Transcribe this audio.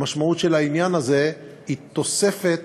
המשמעות של העניין הזה היא תוספת